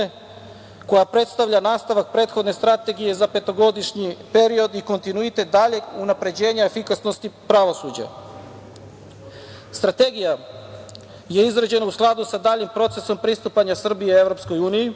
koja predstavlja nastavak prethodne strategije za petogodišnji period i kontinuitet daljeg unapređenja efikasnosti pravosuđa. Strategija je izrađena u skladu sa daljim procesom pristupanje Srbije EU,